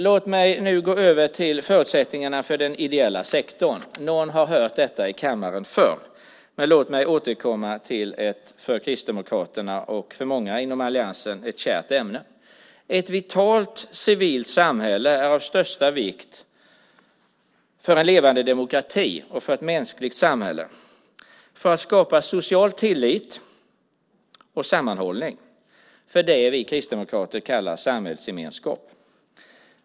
Låt mig nu gå över till förutsättningarna för den ideella sektorn. Någon har hört detta i kammaren förr, men låt mig återkomma till ett för Kristdemokraterna och många inom alliansen kärt ämne. Ett vitalt civilt samhälle är av största vikt för en levande demokrati, för ett mänskligt samhälle och för att skapa social tillit och sammanhållning, för det vi kristdemokrater kallar samhällsgemenskap.